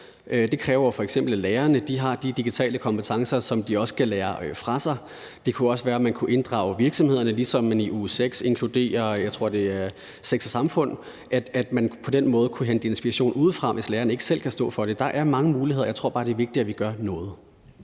Det kræver f.eks., at lærerne har de digitale kompetencer, som de også skal lære fra sig. Det kunne også være, man kunne inddrage virksomheder, ligesom man i uge 6 inkluderer Sex & Samfund, tror jeg det er, så man på den måde kunne hente inspiration udefra, hvis læreren ikke selv kan stå for det. Der er mange muligheder, og jeg tror bare, det er vigtigt, at vi gør noget.